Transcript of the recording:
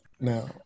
now